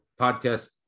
podcast